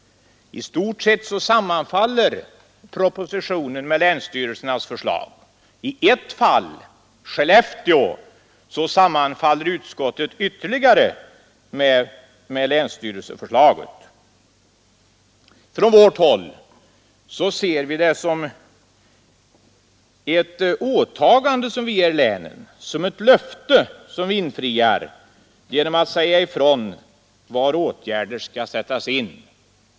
I stort sett sammanfaller propositionen med länsstyrelsernas förslag. I ett fall, Skellefteå, sammanfaller utskottets förslag ytterligare med länsstyrelseförslaget. Från vårt håll ser vi detta som ett åtagande mot länen, som ett löfte som vi infriar genom att säga ifrån var åtgärder skall sättas in.